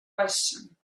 question